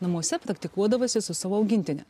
namuose praktikuodavosi su savo augintine